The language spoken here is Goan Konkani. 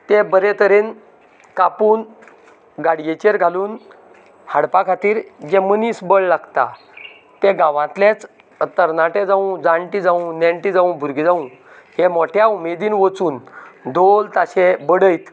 तें बरें तरेन कापून गाडयेचेर घालून हाडपा खातीर जे मनीस बळ लागता तें गांवांतलेंच तरणाटे जावूं जाणटे जावूं नेण्टे जावं भरगे जावूं हे मोट्या उमेदीन वचून धोल ताशें बडयत